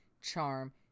charm